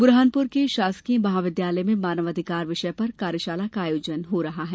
बुरहानपुर के शासकीय महाविद्यालय में मानव अधिकार विषय पर कार्यशाला का आयोजन जा रहा है